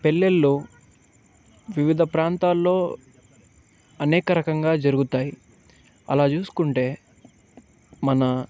పెళ్ళిళ్ళు వివిధ ప్రాంతాల్లో అనేక రకంగా జరుగుతాయి అలా చూసుకుంటే మన